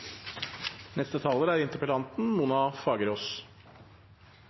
neste taler, som er